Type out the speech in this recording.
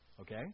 Okay